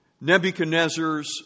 Nebuchadnezzar's